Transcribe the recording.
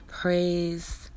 praise